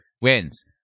wins